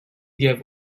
give